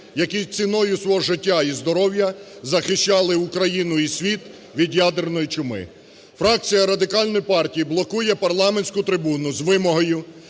які ціною свого життя і здоров'я захищали Україну і світ від ядерної чуми. Фракція Радикальної партії блокує парламентську трибуну з вимогою